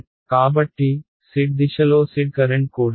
కాబట్టి z దిశలో z current కూడా